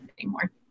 anymore